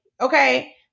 Okay